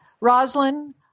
Roslyn